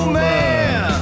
man